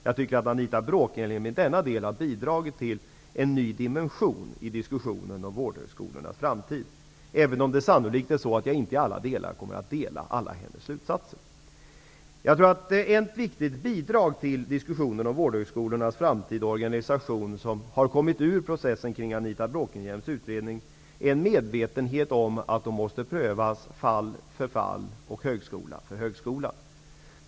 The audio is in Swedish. I denna del har Anita Bråkenhielm bidragit till en ny dimension i diskussionen om vårdhögskolornas framtid, även om jag sannolikt inte kommer att dela alla hennes slutsatser fullt ut. Ett viktigt bidrag till diskussionen om vårdhögskolornas framtid och organisation, som har kommit fram under Anita Bråkenhielms utredning, är en medvetenhet om att vårdhögskolorna måste prövas fall för fall och högskola för högskola.